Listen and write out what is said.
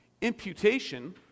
Imputation